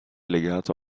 legato